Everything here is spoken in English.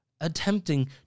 attempting